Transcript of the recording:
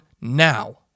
now